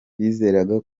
bizeraga